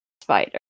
spider